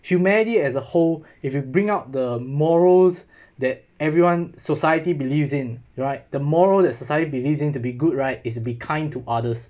humanity as a whole if you bring out the morals that everyone society believes in you're right the moral that society believed in to be good right is to be kind to others